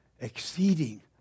exceeding